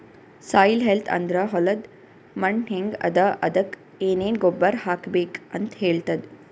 soil health ಅಂದ್ರ ಹೊಲದ್ ಮಣ್ಣ್ ಹೆಂಗ್ ಅದಾ ಅದಕ್ಕ್ ಏನೆನ್ ಗೊಬ್ಬರ್ ಹಾಕ್ಬೇಕ್ ಅಂತ್ ಹೇಳ್ತದ್